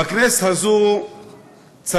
בכנסת הזאת צריך